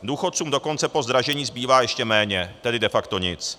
Důchodcům dokonce po zdražení zbývá ještě méně, tedy de facto nic.